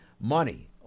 money